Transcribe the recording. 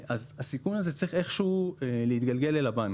הסיכון הזה צריך איכשהו להתגלגל אל הבנק.